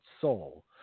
Soul